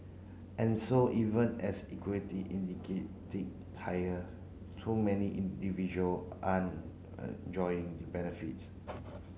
and so even as equity indicate tick higher too many individual aren't joying the benefits